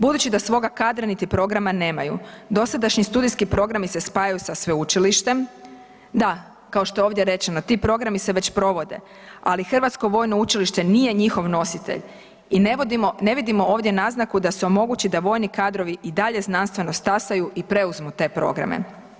Budući da svoga kadra niti programa nemaju, dosadašnji studijski programi se spajaju sa sveučilištem, da kao što je ovdje rečeno ti programi se već provode, ali Hrvatsko vojno učilište nije njihov nositelj i ne vidimo ovdje naznaku da se omogući da vojni kadrovi i dalje znanstveno stasaju i preuzmu te programe.